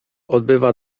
odbywa